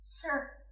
Sure